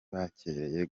bakereye